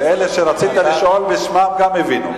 ואלה שרצית לשאול בשמם, גם הבינו.